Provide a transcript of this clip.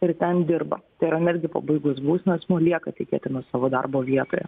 ir ten dirba tai yra netgi pabaigus bausmę asmuo lieka tikėtina savo darbo vietoje